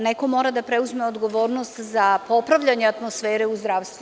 Neko mora da preuzme odgovornost za popravljanje atmosfere u zdravstvu.